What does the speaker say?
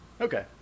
Okay